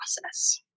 process